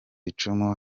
icumu